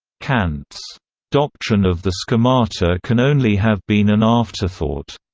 kant's doctrine of the schemata can only have been an afterthought,